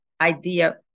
idea